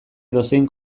edozein